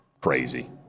crazy